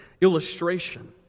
illustration